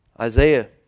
Isaiah